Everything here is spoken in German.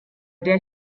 der